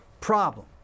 problem